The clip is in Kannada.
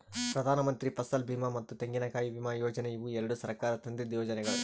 ಪ್ರಧಾನಮಂತ್ರಿ ಫಸಲ್ ಬೀಮಾ ಮತ್ತ ತೆಂಗಿನಕಾಯಿ ವಿಮಾ ಯೋಜನೆ ಇವು ಎರಡು ಸರ್ಕಾರ ತಂದಿದ್ದು ಯೋಜನೆಗೊಳ್